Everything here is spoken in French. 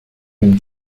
une